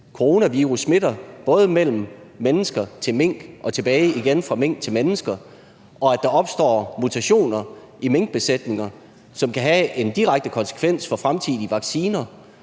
coronavirus smitter fra mennesker til mink og tilbage igen fra mink til mennesker, og at der opstår mutationer i minkbesætninger, som kan have en direkte konsekvens for fremtidige vacciner,